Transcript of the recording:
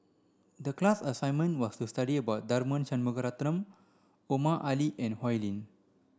the class assignment was to study about Tharman Shanmugaratnam Omar Ali and Oi Lin